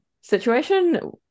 situation